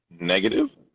negative